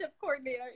coordinator